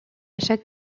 chaque